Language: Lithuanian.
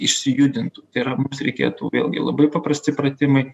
išsijudintų tai yra mums reikėtų vėlgi labai paprasti pratimai